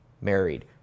married